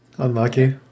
unlucky